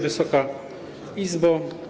Wysoka Izbo!